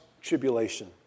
tribulation